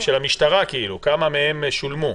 את שואלת לגבי כמה מהם שולמו.